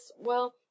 well—